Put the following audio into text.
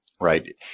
Right